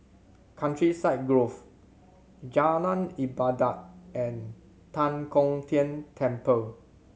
Countryside Grove Jalan Ibadat and Tan Kong Tian Temple